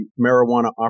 marijuana